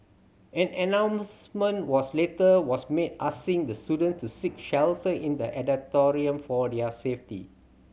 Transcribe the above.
an announcement was later was made asking the students to seek shelter in the auditorium for their safety